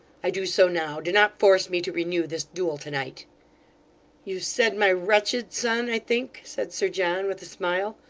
i do so now. do not force me to renew this duel to-night you said my wretched son, i think said sir john, with a smile.